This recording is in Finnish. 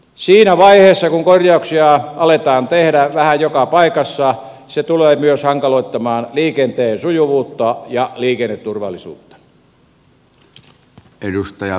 siinä vaiheessa kun korjauksia aletaan tehdä vähän joka paikassa se tulee myös hankaloittamaan liikenteen sujuvuutta ja liikenneturvallisuutta